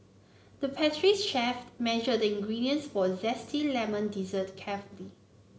the pastry chef measured the ingredients for a zesty lemon dessert carefully